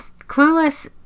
Clueless